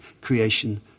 creation